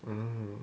mm